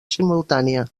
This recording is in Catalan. simultània